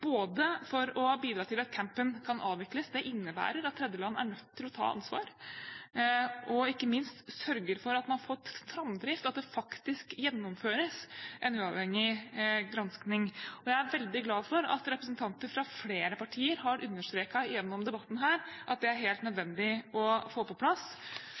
campen kan avvikles – det innebærer at tredjeland er nødt til å ta ansvar – og ikke minst sørger for at man får framdrift, at det faktisk gjennomføres en uavhengig granskning. Jeg er veldig glad for at representanter fra flere partier gjennom debatten har understreket at dette er helt nødvendig å få på plass.